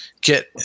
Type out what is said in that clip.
get